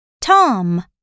tom